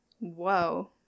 Whoa